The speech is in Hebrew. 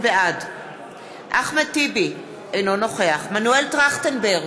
בעד אחמד טיבי, אינו נוכח מנואל טרכטנברג,